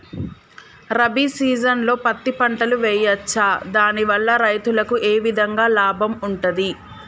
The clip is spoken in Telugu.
రబీ సీజన్లో పత్తి పంటలు వేయచ్చా దాని వల్ల రైతులకు ఏ విధంగా లాభం ఉంటది?